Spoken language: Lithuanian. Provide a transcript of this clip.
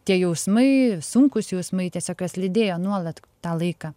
tie jausmai sunkūs jausmai tiesiog juos lydėjo nuolat tą laiką